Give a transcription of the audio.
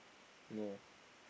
no